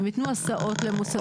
הן ייתנו הסעות למוסדות,